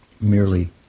merely